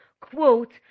quote